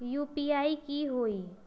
UPI की होई?